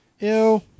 Ew